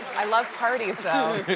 love party